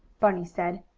bunny said.